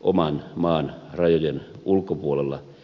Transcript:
oman maan rajojen ulkopuolella